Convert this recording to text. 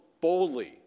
boldly